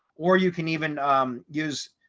or you can even use